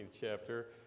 chapter